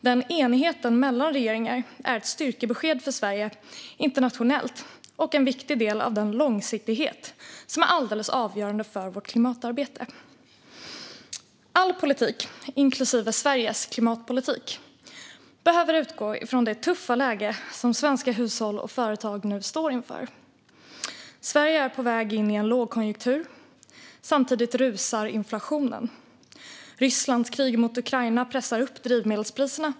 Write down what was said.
Den enigheten inom regeringen är ett styrkebesked för Sverige internationellt och en viktig del av den långsiktighet som är alldeles avgörande för vårt klimatarbete. All politik, inklusive Sveriges klimatpolitik, behöver utgå från det tuffa läge som svenska hushåll och företag nu står inför. Sverige är på väg in i en lågkonjunktur. Samtidigt rusar inflationen. Och Rysslands krig mot Ukraina pressar upp drivmedelspriserna.